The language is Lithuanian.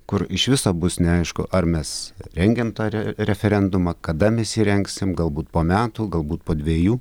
kur iš viso bus neaišku ar mes rengiam tą re referendumą kada mes jį rengsim galbūt po metų galbūt po dvejų